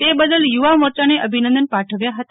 તે બદલ યુવા મોરચાને અભિનંદન પાઠવ્યા હતા